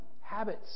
habits